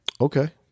Okay